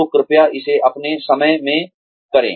तो कृपया इसे अपने समय में करें